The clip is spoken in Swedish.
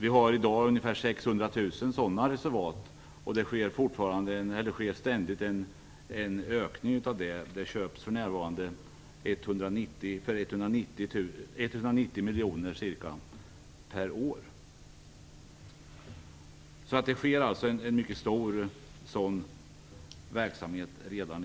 I dag har vi ungefär 600 000 sådana reservat, och det sker ständigt en ökning i det avseendet. För närvarande köps det för ca 190 miljoner kronor per år. Det finns alltså redan nu en mycket stor verksamhet av det slaget.